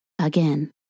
again